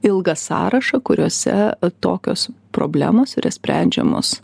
ilgą sąrašą kuriuose tokios problemos sprendžiamos